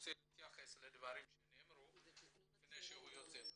רוצה להתייחס לדברים שנאמרו לפני שהוא יוצא מהדיון.